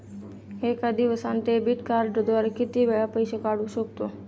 एका दिवसांत डेबिट कार्डद्वारे किती वेळा पैसे काढू शकतो?